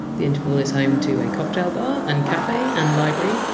the interval is home to a cocktail bar and cafe and library,